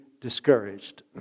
discouraged